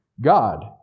God